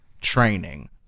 training